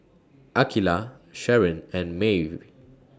Akeelah Sharen and Maeve